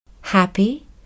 happy